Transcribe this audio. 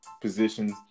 positions